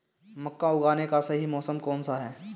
मक्का उगाने का सही मौसम कौनसा है?